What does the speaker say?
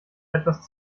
etwas